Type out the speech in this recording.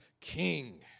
king